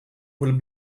will